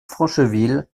francheville